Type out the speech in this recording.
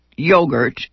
Yogurt